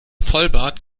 vollbart